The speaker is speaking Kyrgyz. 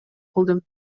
кылдым